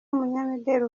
umunyamideli